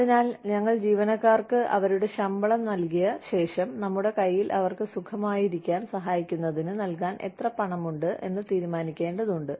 അതിനാൽ ഞങ്ങൾ ജീവനക്കാർക്ക് അവരുടെ ശമ്പളം നൽകിയ ശേഷം നമ്മുടെ കൈയിൽ അവർക്ക് സുഖമായിരിക്കാൻ സഹായിക്കുന്നതിന് നൽകാൻ എത്ര പണമുണ്ട് എന്ന് തീരുമാനിക്കേണ്ടതുണ്ട്